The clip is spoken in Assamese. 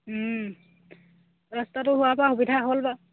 ৰাস্তাটো হোৱাৰ পৰা সুবিধা হ'ল বাৰু